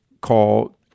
call